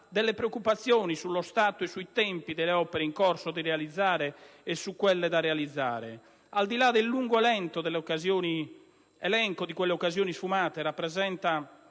delle preoccupazioni sullo stato e sui tempi delle opere in corso di realizzazione e su quelle da realizzare, al di là del lungo elenco delle occasioni sfumate, rappresenta